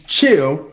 Chill